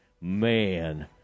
man